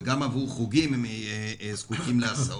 וגם עבור חוגים הם זקוקים להסעות.